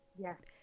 Yes